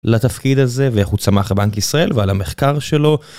לתפקיד הזה ואיך הוא צמח בנק ישראל ועל המחקר שלו